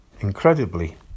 Incredibly